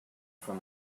from